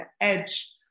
edge